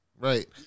Right